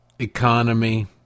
economy